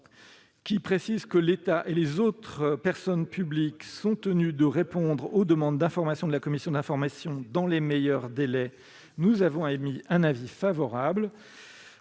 à préciser que l'État et les autres personnes publiques sont tenus de répondre aux demandes d'information de la commission d'évaluation dans les meilleurs délais, la commission émet un avis favorable.